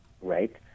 right